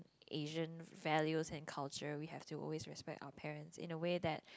Asian values and culture we have to always respect our parents in a way that